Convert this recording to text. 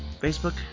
Facebook